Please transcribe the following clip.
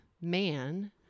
man